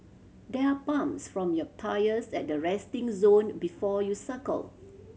there are pumps from your tyres at the resting zone before you cycle